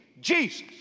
Jesus